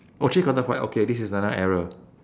oh three quarter white okay this is another error